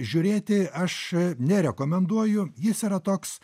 žiūrėti aš nerekomenduoju jis yra toks